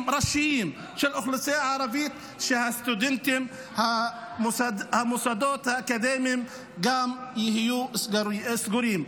ראשיים של האוכלוסייה הערבית שגם בהם המוסדות האקדמיים יהיו סגורים.